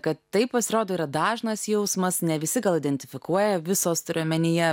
kad tai pasirodo yra dažnas jausmas ne visi gal identifikuoja visos turiu omenyje